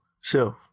self